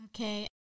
Okay